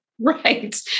Right